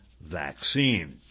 Vaccine